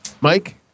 Mike